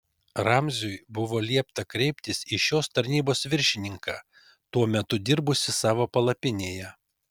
ramziui buvo liepta kreiptis į šios tarnybos viršininką tuo metu dirbusį savo palapinėje